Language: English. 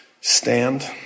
Stand